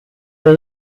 der